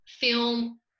film